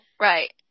right